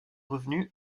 revenus